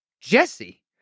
Jesse